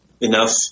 enough